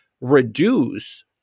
reduce